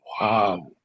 Wow